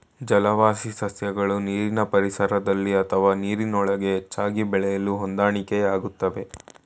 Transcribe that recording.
ಜಲವಾಸಿ ಸಸ್ಯಗಳು ನೀರಿನ ಪರಿಸರದಲ್ಲಿ ಅಥವಾ ನೀರಿನೊಳಗೆ ಹೆಚ್ಚಾಗಿ ಬೆಳೆಯಲು ಹೊಂದಾಣಿಕೆಯಾಗ್ತವೆ